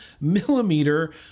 millimeter